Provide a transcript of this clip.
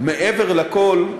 מעבר לכול,